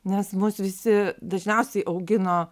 nes mus visi dažniausiai augino